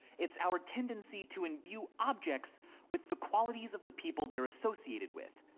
it's our tendency to imbue objects with the qualities of the people they're associated with.